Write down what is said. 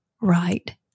right